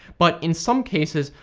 but in some cases,